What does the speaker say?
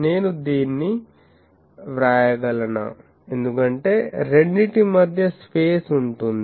నేను దీన్ని వ్రాయగలనా ఎందుకంటే రెండింటి మధ్య స్పేస్ ఉంటుంది